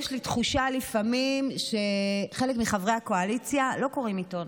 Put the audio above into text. לפעמים יש לי תחושה שחלק מחברי הקואליציה לא קוראים עיתון,